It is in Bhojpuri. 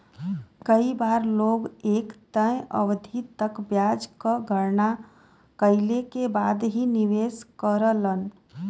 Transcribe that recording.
कई बार लोग एक तय अवधि तक ब्याज क गणना कइले के बाद ही निवेश करलन